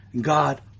God